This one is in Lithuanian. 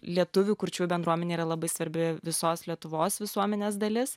lietuvių kurčiųjų bendruomenė yra labai svarbi visos lietuvos visuomenės dalis